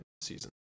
season